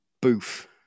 boof